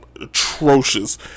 atrocious